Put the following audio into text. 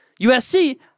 USC